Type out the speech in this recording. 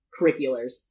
curriculars